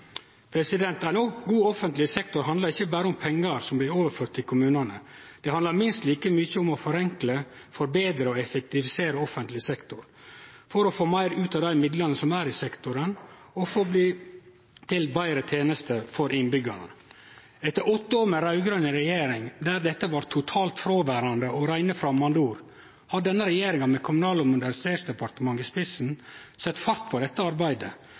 Ein god offentleg sektor handlar ikkje berre om pengar som blir overførte til kommunane. Det handlar minst like mykje om å forenkle, forbetre og effektivisere offentleg sektor for å få meir ut av dei midlane som er i sektoren, og få til betre tenester for innbyggjarane. Etter åtte år med raud-grøn regjering der dette var totalt fråverande og reine framandorda, har denne regjeringa, med Kommunal- og moderniseringsdepartementet i spissen, sett fart på dette arbeidet.